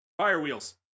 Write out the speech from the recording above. Firewheels